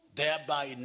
thereby